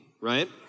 right